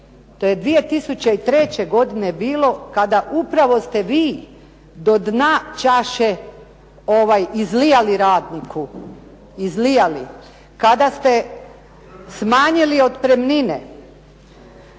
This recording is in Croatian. to je 2003. godine bilo kada upravo ste vi do dna čaše izlijali radniku, izlijali, kada ste smanjili otpremnine